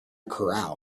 corral